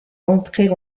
entrer